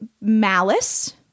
malice